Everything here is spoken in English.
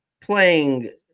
playing